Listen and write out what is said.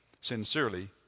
Sincerely